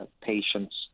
patients